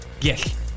Yes